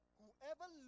whoever